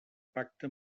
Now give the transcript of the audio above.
pacte